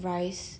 rice